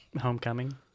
Homecoming